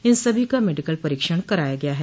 इन सभी का मेडिकल परीक्षण कराया गया है